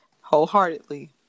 wholeheartedly